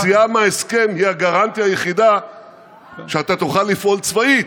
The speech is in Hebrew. היציאה מההסכם היא ה-guaranty היחיד שאתה תוכל לפעול צבאית,